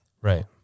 Right